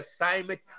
assignment